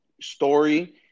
story